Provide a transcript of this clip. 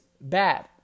bad